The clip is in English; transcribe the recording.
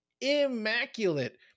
immaculate